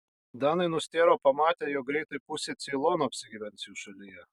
danai nustėro pamatę jog greitai pusė ceilono apsigyvens jų šalyje